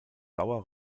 blauer